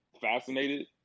fascinated